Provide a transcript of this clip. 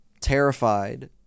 terrified